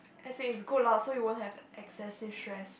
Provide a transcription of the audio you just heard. as in it's good lah so you won't have excessive stress